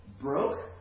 broke